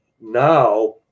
now